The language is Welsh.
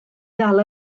ddal